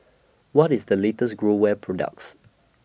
What IS The latest Growell products